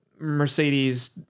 Mercedes